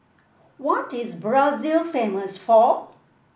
what is Brazil famous for